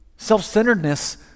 Self-centeredness